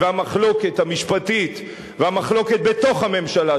והמחלוקת המשפטית והמחלוקת בתוך הממשלה,